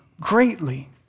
greatly